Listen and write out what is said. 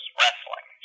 wrestling